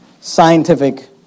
scientific